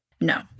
No